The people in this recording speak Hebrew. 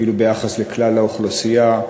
אפילו ביחס לכלל האוכלוסייה,